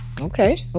Okay